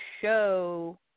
show